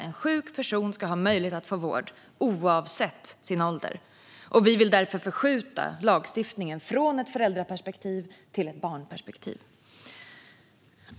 En sjuk person ska ha möjlighet att få vård oavsett sin ålder. Vi vill därför förskjuta lagstiftningen från ett föräldraperspektiv till ett barnperspektiv.